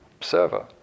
server